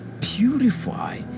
purify